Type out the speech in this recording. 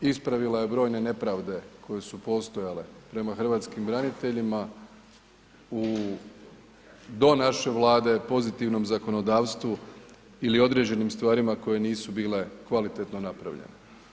Ispravila je brojne nepravde koje su postojale prema hrvatskim braniteljima u do naše Vlade pozitivnom zakonodavstvu ili određenim stvarima koje nisu bile kvalitetno napravljene.